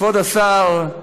כבוד השר,